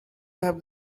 have